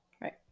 Right